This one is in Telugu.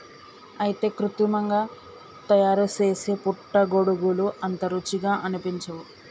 అయితే కృత్రిమంగా తయారుసేసే పుట్టగొడుగులు అంత రుచిగా అనిపించవు